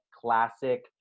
classic